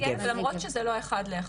כן, למרות שזה לא אחד לאחד.